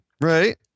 Right